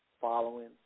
following